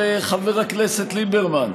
חבר הכנסת ליברמן.